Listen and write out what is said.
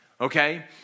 Okay